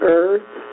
earth